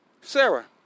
Sarah